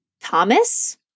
Thomas